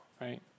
right